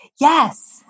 Yes